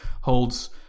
holds